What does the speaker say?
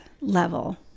level